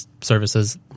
services